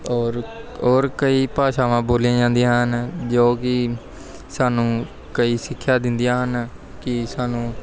ਔਰ ਔਰ ਕਈ ਭਾਸ਼ਾਵਾਂ ਬੋਲੀਆਂ ਜਾਂਦੀਆਂ ਹਨ ਜੋ ਕਿ ਸਾਨੂੰ ਕਈ ਸਿੱਖਿਆ ਦਿੰਦੀਆਂ ਹਨ ਕਿ ਸਾਨੂੰ